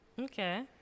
Okay